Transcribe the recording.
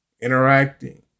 interacting